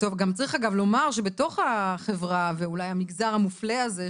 צריך אגב לומר שבתוך החברה והמגזר המופלה הזה,